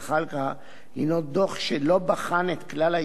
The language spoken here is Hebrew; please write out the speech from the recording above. דוח שלא בחן את כלל היישובים הערביים,